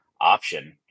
option